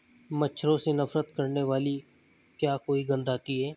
मच्छरों से नफरत करने वाली क्या कोई गंध आती है?